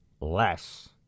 less